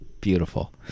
beautiful